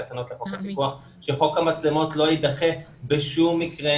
שחוק המצלמות לא יידחה בשום מקרה,